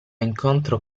incontro